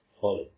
follow